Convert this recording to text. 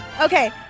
Okay